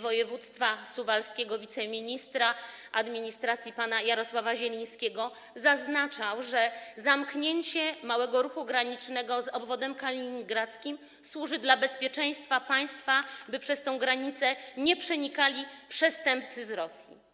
województwa suwalskiego, wiceministra administracji pana Jarosława Zielińskiego, który zaznaczał, że zamknięcie małego ruchu granicznego z obwodem kaliningradzkim służy bezpieczeństwu państwa, by przez tę granicę nie przenikali przestępcy z Rosji.